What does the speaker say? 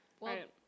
right